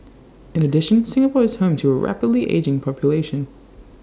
in addition Singapore is home to A rapidly ageing population